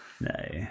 no